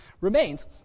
remains